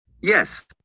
Yes